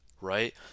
right